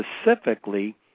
specifically